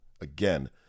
again